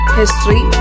history